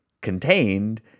contained